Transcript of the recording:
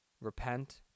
repent